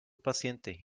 paciente